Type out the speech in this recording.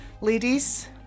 Ladies